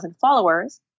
followers